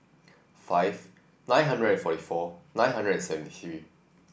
five nine hundred and forty four nine hundred and seven three